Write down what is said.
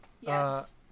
Yes